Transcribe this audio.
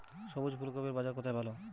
সবুজ ফুলকপির বাজার কোথায় ভালো?